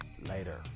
later